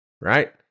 right